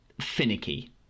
finicky